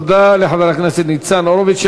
תודה לחבר הכנסת ניצן הורוביץ.